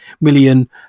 million